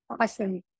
Awesome